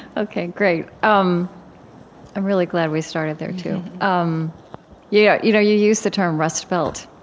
ok, great. um i'm really glad we started there too. um yeah you know you used the term rust belt,